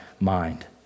mind